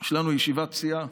יש לנו ישיבת סיעה.